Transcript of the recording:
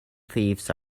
thieves